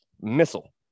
missile